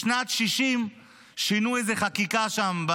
בשנת 1960 שינו איזו חקיקה שם,